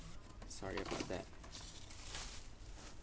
sorry about that